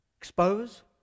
expose